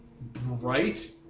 bright